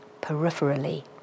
peripherally